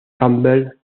campbell